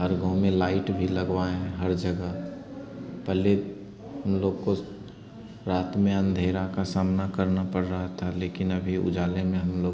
हर गाँव में लाइट भी लगवाए हैं हर जगह पहले हम लोग को रात में अंधेरे का सामना करना पड़ रहा था लेकिन अभी उजाले में हम लोग